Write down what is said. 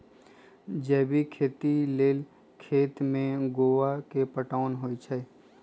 जैविक खेती लेल खेत में गोआ के पटाओंन होई छै